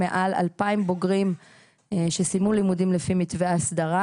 מעל 2,000 בוגרים שסיימו לימודים לפי מתווה אסדרה.